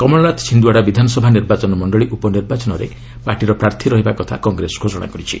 କମଳନାଥ ଛିନ୍ଦୱାଡ଼ା ବିଧାନସଭା ନିର୍ବାଚନ ମଣ୍ଡଳୀ ଉପନିର୍ବାଚନରେ ପାର୍ଟିର ପ୍ରାର୍ଥୀ ରହିବା କଥା କଂଗ୍ରେସ ଘୋଷଣା କରିଛି